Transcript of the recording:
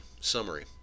Summary